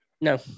No